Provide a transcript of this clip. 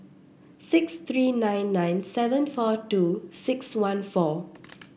six three nine nine seven four two six one four